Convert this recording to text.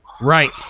Right